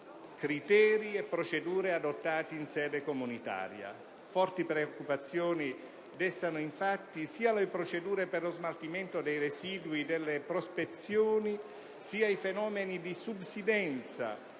criteri e procedure adottati in sede comunitaria. Forti preoccupazioni destano, infatti, sia le procedure per lo smaltimento dei residui delle prospezioni, sia i fenomeni di subsidenza